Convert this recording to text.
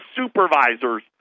supervisors